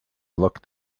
block